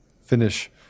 finish